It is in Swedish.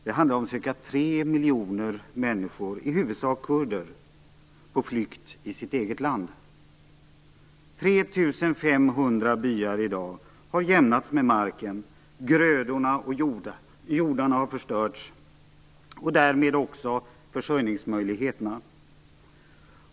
Det handlar om ca 3 miljoner människor, i huvudsak kurder, på flykt i sitt eget land. 3 500 byar har i dag jämnats med marken. Grödorna och jordarna har förstörts, och därmed också försörjningsmöjligheterna.